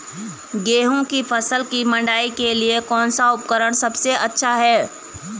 गेहूँ की फसल की मड़ाई के लिए कौन सा उपकरण सबसे अच्छा है?